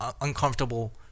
uncomfortable